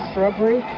shrubbery,